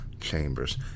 chambers